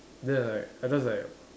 then I like I just like